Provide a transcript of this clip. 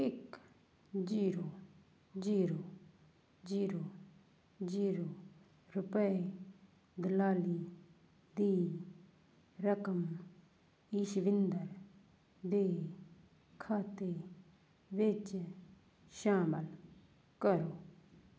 ਇੱਕ zero zero zero zero ਰੁਪਏ ਦਲਾਲੀ ਦੀ ਰਕਮ ਈਸ਼ਵਿੰਦਰ ਦੇ ਖਾਤੇ ਵਿੱਚ ਸ਼ਾਮਲ ਕਰੋ